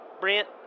Brent